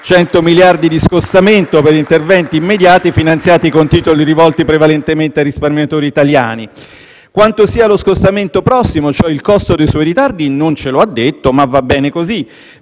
100 miliardi di scostamento per interventi immediati, finanziati con titoli rivolti prevalentemente ai risparmiatori italiani. (*Applausi*). Quanto sia lo scostamento prossimo - cioè, il costo dei suoi ritardi - non ce lo ha detto, ma va bene così,